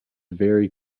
very